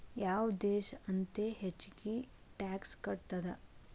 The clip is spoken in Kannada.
ಯಾವ್ ದೇಶ್ ಅತೇ ಹೆಚ್ಗೇ ಟ್ಯಾಕ್ಸ್ ಕಟ್ತದ?